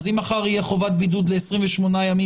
אז אם מחר תהיה חובת בידוד ל-28 ימים